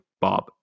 Bob